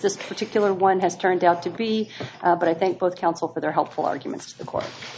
particular one has turned out to be but i think both counsel for their helpful arguments of course